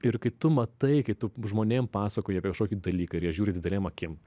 ir kai tu matai kai tu žmonėm pasakoji apie kažkokį dalyką ir jie žiūri didelėm akim